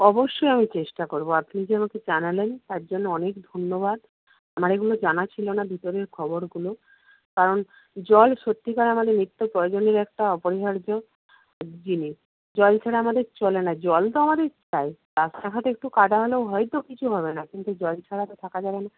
অবশ্যই আমি চেস্টা করবো আপনি যে আমাকে জানালেন তার জন্য অনেক ধন্যবাদ এগুলো জানা ছিলো না ভিতরের খবরগুলো কারণ জল সত্যিকার আমাদের নিত্য প্রয়োজনীয় একটা অপরিহার্য জিনিস জল ছাড়া আমাদের চলে না জল তো আমাদের চাই রাস্তাঘাট একটু কাদা হলেও হয়তো কিছু হবে না কিন্তু জল ছাড়া তো থাকা যাবে না